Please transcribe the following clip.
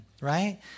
right